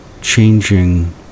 changing